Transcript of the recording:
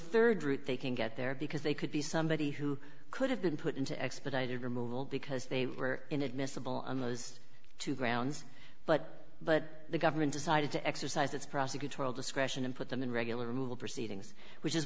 third route they can get there because they could be somebody who could have been put into expedited removal because they were inadmissible on those two grounds but but the government decided to exercise its prosecutorial discretion and put them in regular removal proceedings which is